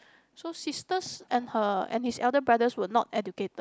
so sisters and her and his elder brother were not educated